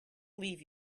leave